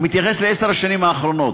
המתייחס לעשר השנים האחרונות.